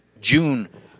June